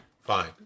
Fine